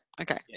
Okay